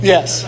Yes